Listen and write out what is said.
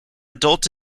adult